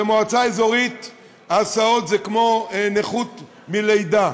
במועצה אזורית הסעות זה כמו נכות מלידה,